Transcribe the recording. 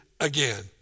again